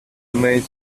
made